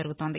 జరుగుతోంది